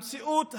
המציאות הזו,